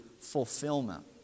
fulfillment